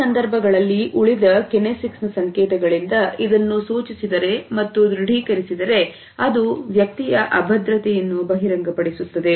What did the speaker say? ಈ ಸಂದರ್ಭಗಳಲ್ಲಿ ಉಳಿದ ಕೆನ್ನೆಸ್ಎಕ್ಸ್ ಸಂಕೇತಗಳಿಂದ ಇದನ್ನು ಸೂಚಿಸಿದರೆ ಮತ್ತು ದೃಢೀಕರಿಸಿದರೆ ಅದು ವ್ಯಕ್ತಿಯ ಅಭದ್ರತೆಯನ್ನು ಬಹಿರಂಗಪಡಿಸುತ್ತದೆ